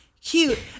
cute